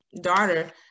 daughter